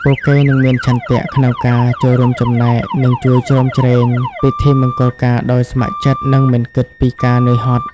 ពួកគេនឹងមាន ឆន្ទៈ ក្នុងការចូលរួមចំណែក និង ជួយជ្រោមជ្រែង ពិធីមង្គលការដោយស្ម័គ្រចិត្ត និងមិនគិតពីការនឿយហត់។